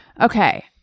Okay